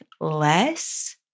less